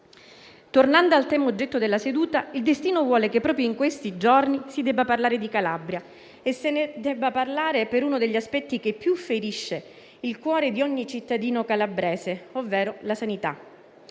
Tornando al tema oggetto della seduta, il destino vuole che proprio in questi giorni si parli di Calabria e che se ne debba parlare per uno degli aspetti che più ferisce il cuore di ogni cittadino calabrese, ovvero la sanità,